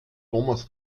thomas